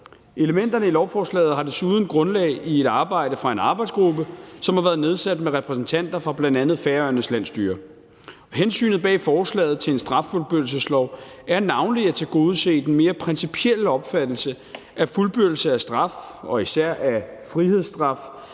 Elementerne i lovforslaget har desuden grundlag i et arbejde fra en arbejdsgruppe, som har været nedsat, med repræsentanter fra bl.a. Færøernes landsstyre. Hensynet bag forslaget til en straffuldbyrdelseslov er navnlig at tilgodese den mere principielle opfattelse, at fuldbyrdelse af straf og især af frihedsstraf